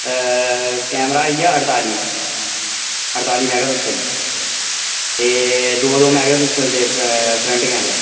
camera आई गेआ अड़ताली अड़ताली मैगापिक्सल ते दो दो मैगापिक्सल दे फ्रंट कैमरा